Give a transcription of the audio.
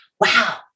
wow